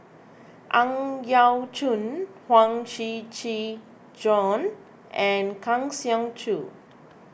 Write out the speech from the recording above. Ang Yau Choon Huang Shiqi Joan and Kang Siong Joo